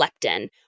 leptin